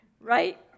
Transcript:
right